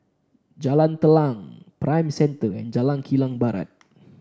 Jalan Telang Prime Centre and Jalan Kilang Barat